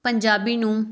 ਪੰਜਾਬੀ ਨੂੰ